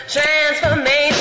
Transformation